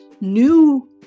new